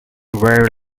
very